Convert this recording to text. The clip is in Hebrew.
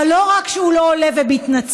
אבל לא רק שהוא לא עולה ומתנצל,